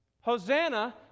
Hosanna